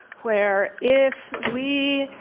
where if we,